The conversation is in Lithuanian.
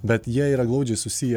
bet jie yra glaudžiai susiję